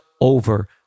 over